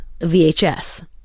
VHS